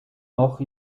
noch